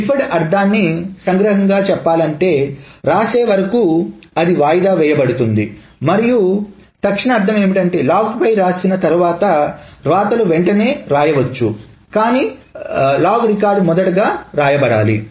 deferred అర్ధాన్ని సంగ్రహంగా చెప్పాలంటే వ్రాసే వరకు అది వాయిదా వేయబడుతుంది మరియు తక్షణ అర్ధం లాగ్పై వ్రాసిన తర్వాత వ్రాతలు వెంటనే వ్రాయవచ్చు కాని లాగ్ రికార్డ్ మొదట వ్రాయబడాలి